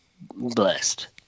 blessed